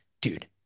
dude